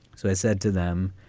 so i said to them,